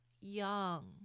young